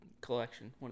collection